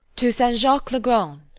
to saint jaques le grand.